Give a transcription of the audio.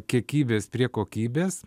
kiekybės prie kokybės